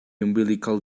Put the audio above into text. umbilical